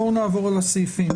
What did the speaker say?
בואו נעבור על הסעיפים.